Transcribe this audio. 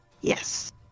Yes